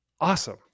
Awesome